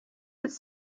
it’s